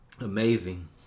Amazing